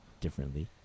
differently